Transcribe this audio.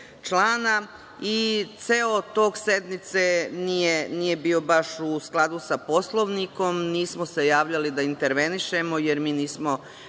člana i ceo tok sednice nije bio baš u skladu sa Poslovnikom. Nismo se javljali da intervenišemo, jer mi nismo